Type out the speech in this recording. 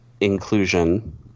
inclusion